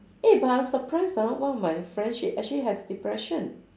eh but I'm surprised ah one of my friends she actually has depression